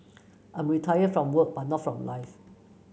I'm retired from work but not from life